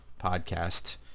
podcast